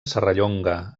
serrallonga